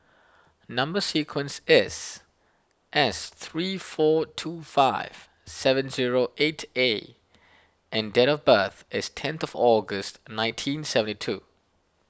Number Sequence is S three four two five seven zero eight A and date of birth is tenth of August nineteen seventy two